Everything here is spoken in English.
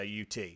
UT